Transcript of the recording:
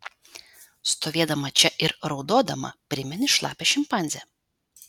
stovėdama čia ir raudodama primeni šlapią šimpanzę